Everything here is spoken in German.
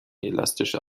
elastische